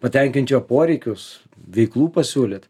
patenkint jo poreikius veiklų pasiūlyt